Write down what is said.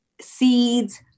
seeds